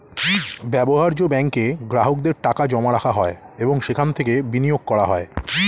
ব্যবহার্য ব্যাঙ্কে গ্রাহকদের টাকা জমা রাখা হয় এবং সেখান থেকে বিনিয়োগ করা হয়